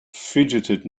fidgeted